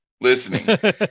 listening